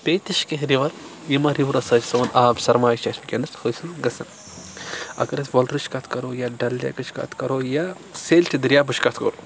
بیٚیہِ تہِ چھِ کینٛہہ رِوَر یِمَن رِورَس سۭتۍ سون آب سَرماے چھِ اَسہِ وٕنکیٚنَس حٲصِل گَژھن اگر أسۍ وۄلرٕچ کَتھ کَرو یا ڈَل لیکٕچ کَتھ کَرو یا سیٚلچہِ دریابٕچ کَتھ کَرو